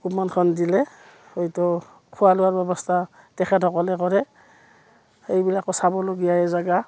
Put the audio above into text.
কপননখন দিলে হয়তো খোৱা লোৱাৰ ব্যৱস্থা তেখেতসকলে কৰে এইবিলাকো চাবলগীয়াই জেগা